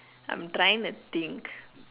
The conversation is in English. I'm trying to think